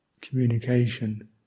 communication